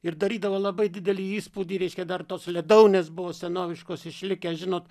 ir darydavo labai didelį įspūdį reiškia dar tos ledaunės buvo senoviškos išlikę žinot